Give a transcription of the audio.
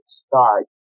start